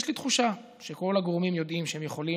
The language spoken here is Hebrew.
יש לי תחושה שכל הגורמים יודעים שהם יכולים